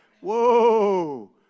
whoa